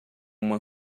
uma